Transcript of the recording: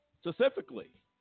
specifically